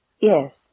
Yes